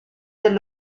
del